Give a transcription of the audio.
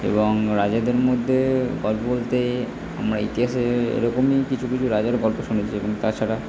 এবং রাজাদের মধ্যে গল্প বলতে আমরা ইতিহাসে এরকমই কিছু কিছু রাজার গল্প শুনেছি এবং তাছাড়া